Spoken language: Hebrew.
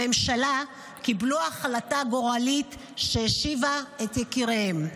הממשלה, קיבלו החלטה גורלית שהשיבה את יקיריהם.